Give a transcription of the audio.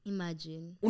Imagine